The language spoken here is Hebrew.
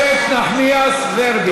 חברת הכנסת איילת נחמיאס ורבין,